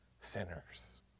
sinners